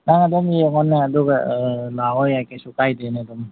ꯑꯥ ꯑꯗꯨꯝ ꯌꯦꯡꯉꯨꯅꯦ ꯑꯗꯨꯒ ꯂꯥꯛꯑꯣ ꯌꯥꯏ ꯀꯩꯁꯨ ꯀꯥꯏꯗꯦꯅꯦ ꯑꯗꯨꯝ